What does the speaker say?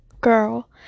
girl